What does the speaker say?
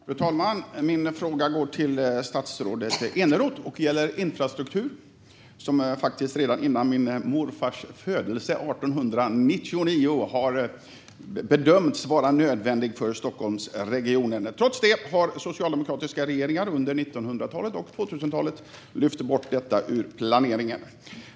Fru talman! Min fråga går till statsrådet Eneroth och gäller infrastruktur. Redan före min morfars födelse 1899 bedömdes infrastruktur vara nödvändig för Stockholmsregionen. Trots det har socialdemokratiska regeringar under 1900-talet och 2000-talet lyft bort detta ur planeringen.